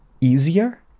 easier